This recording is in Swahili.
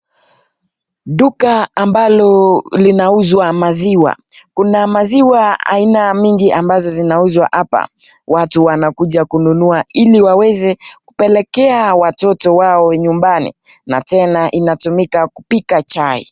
Duka ambalo linauzwa maziwa. Kuna maziwa aina mingi ambazo zinauzwa hapa. Watu wanakuja kununa ili waweze kupelekea watoto wao nyumbani na tena inatumika kupika chai.